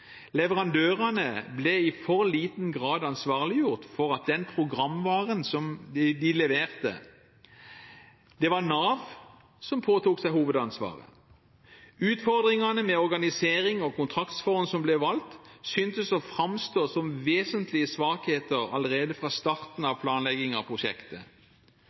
Leverandørene ble i for liten grad ansvarliggjort for den programvaren som de leverte. Det var Nav som påtok seg hovedansvaret. Utfordringene med organisering og kontraktsformen som ble valgt, syntes å framstå som vesentlige svakheter allerede ved starten av planleggingen av prosjektet.